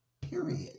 Period